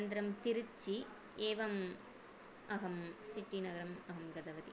अनन्तरं तिरुच्चि एवम् अहं सिट्टिनगरम् अहं गतवती